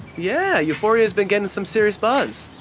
yeah, euphoria's been getting some serious buzz.